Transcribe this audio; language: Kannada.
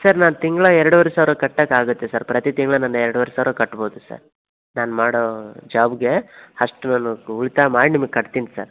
ಸರ್ ನಾನು ತಿಂಗಳ ಎರಡುವರೆ ಸಾವಿರ ಕಟ್ಟಕೆ ಆಗುತ್ತೆ ಸರ್ ಪ್ರತಿ ತಿಂಗಳ ನಾನು ಎರಡುವರೆ ಸಾವಿರ ಕಟ್ಬೋದು ಸರ್ ನಾನು ಮಾಡೋ ಜಾಬಿಗೆ ಅಷ್ಟು ನಾನು ಉಳಿತಾಯ ಮಾಡಿ ನಿಮಗೆ ಕಟ್ತಿನಿ ಸರ್